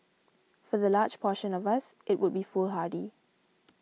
for the large portion of us it would be foolhardy